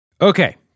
Okay